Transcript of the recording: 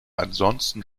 ansonsten